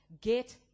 get